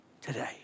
Today